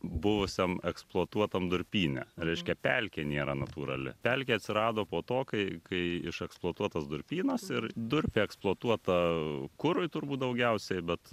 buvusiam eksploatuotam durpyne reiškia pelkė nėra natūrali pelkė atsirado po to kai kai išeksploatuotas durpynas ir durpė eksploatuota kurui turbūt daugiausiai bet